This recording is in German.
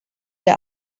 der